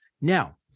Now